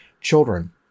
children